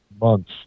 months